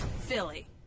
Philly